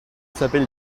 s’appelle